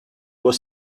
was